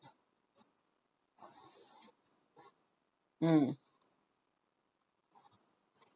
mm